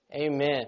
amen